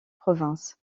provinces